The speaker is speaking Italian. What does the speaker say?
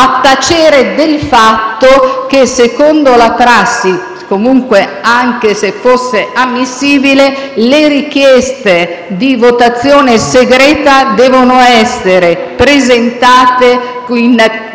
Costituzione. Inoltre, secondo la prassi, e comunque anche se fosse ammissibile, le richieste di votazione segreta devono essere presentate in tempo